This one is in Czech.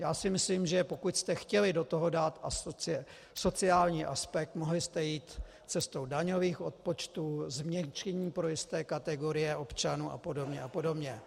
Já si myslím, že pokud jste chtěli do toho dát sociální aspekt, mohli jste jít cestou daňových odpočtů, změkčení pro jisté kategorie občanů apod. apod.